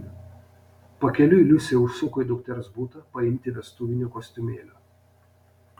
pakeliui liusė užsuko į dukters butą paimti vestuvinio kostiumėlio